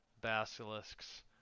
basilisks